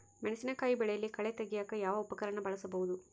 ಮೆಣಸಿನಕಾಯಿ ಬೆಳೆಯಲ್ಲಿ ಕಳೆ ತೆಗಿಯಾಕ ಯಾವ ಉಪಕರಣ ಬಳಸಬಹುದು?